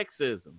sexism